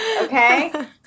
okay